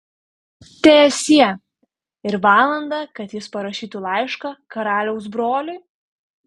teesie ir valandą kad jis parašytų laišką karaliaus broliui